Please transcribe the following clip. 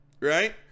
Right